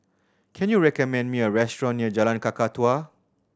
can you recommend me a restaurant near Jalan Kakatua